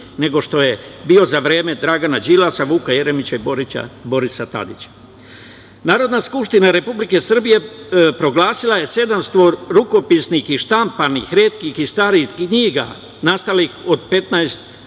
veći nego za vreme Dragana Đilasa, Vuka Jeremića i Borisa Tadića. Narodna skupština Republike Srbije proglasila je 700 rukopisnih i štampanih retkih i starih knjiga nastalih od 15.